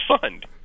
fund